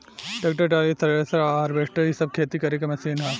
tractor, trolley, thresher आ harvester इ सब खेती करे के मशीन ह